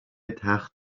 تخت